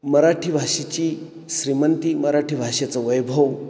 मराठी भाषेची श्रीमंती मराठी भाषेचं वैभव